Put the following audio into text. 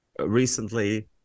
recently